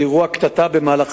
ביום א' באב התשס"ט (22 ביולי 2009): בליל שבת